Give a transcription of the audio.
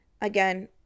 Again